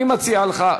אני מציע לך,